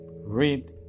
read